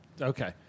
Okay